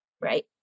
right